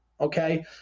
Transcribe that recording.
okay